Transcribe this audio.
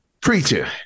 preacher